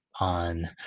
on